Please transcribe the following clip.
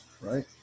right